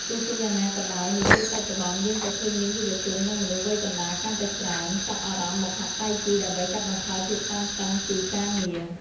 ទោះជាយ៉ាងណាក៏ដោយ នាពេលបច្ចុប្បន្នយើងក៏ឃើញមានយុវជន និងមនុស្សវ័យកណ្ដាលកាន់តែច្រើន ចាប់អារម្មណ៍មកហាត់តៃជីដើម្បីកាត់បន្ថយភាពតានតឹងពីការងារ។